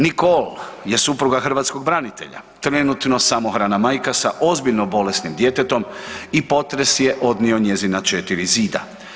Nikol je supruga hrvatskog branitelja, trenutno samohrana majka sa ozbiljno bolesnim djetetom i potres je odnio njezina 4 zida.